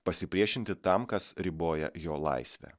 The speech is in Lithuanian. pasipriešinti tam kas riboja jo laisvę